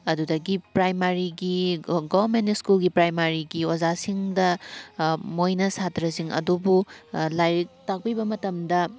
ꯑꯗꯨꯗꯒꯤ ꯄ꯭ꯔꯥꯏꯃꯥꯔꯤꯒꯤ ꯒꯣꯔꯃꯦꯟ ꯁ꯭ꯀꯨꯜꯒꯤ ꯄ꯭ꯔꯥꯏꯃꯥꯔꯤꯒꯤ ꯑꯣꯖꯥꯁꯤꯡꯗ ꯃꯣꯏꯅ ꯁꯥꯇ꯭ꯔꯁꯤꯡ ꯑꯗꯨꯕꯨ ꯂꯥꯏꯔꯤꯛ ꯇꯥꯛꯄꯤꯕ ꯃꯇꯝꯗ